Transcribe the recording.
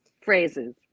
phrases